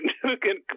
significant